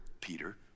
Peter